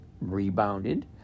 rebounded